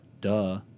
Duh